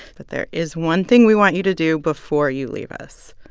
but there is one thing we want you to do before you leave us,